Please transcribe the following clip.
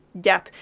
death